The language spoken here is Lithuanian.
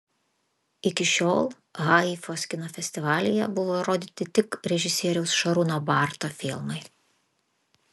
iki šiol haifos kino festivalyje buvo rodyti tik režisieriaus šarūno barto filmai